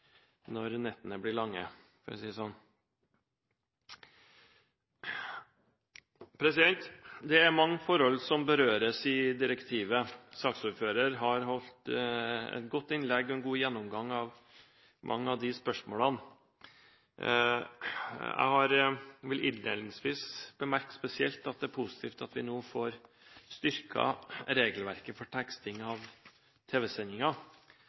nettene blir lange. Det er mange forhold som berøres i direktivet. Saksordføreren har holdt et godt innlegg og hatt en god gjennomgang av mange av de spørsmålene. Innledningsvis vil jeg spesielt bemerke at det er positivt at vi nå får styrket regelverket for teksting av